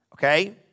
Okay